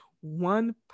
one